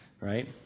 right